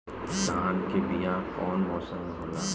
धान के बीया कौन मौसम में होला?